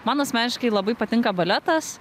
man asmeniškai labai patinka baletas